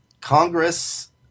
Congress